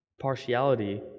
Partiality